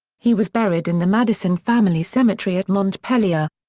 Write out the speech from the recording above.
he was buried in the madison family cemetery at montpelier.